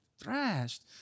thrashed